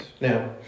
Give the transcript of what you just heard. Now